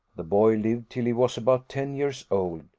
the boy lived till he was about ten years old,